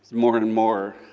more and and more,